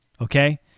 Okay